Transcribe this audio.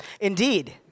Indeed